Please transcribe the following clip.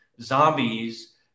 zombies